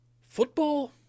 Football